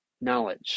knowledge